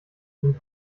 sind